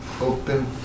open